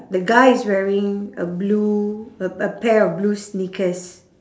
the guy is wearing a blue a a pair of blue sneakers